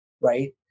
right